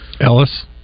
Ellis